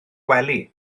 wely